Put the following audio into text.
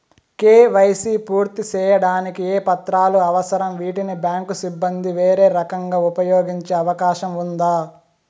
KYC పూర్తి సేయడానికి ఏ పత్రాలు అవసరం, వీటిని బ్యాంకు సిబ్బంది వేరే రకంగా ఉపయోగించే అవకాశం ఉందా?